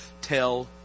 tell